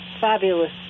fabulous